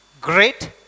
great